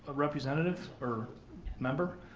representative or member.